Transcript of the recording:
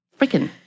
freaking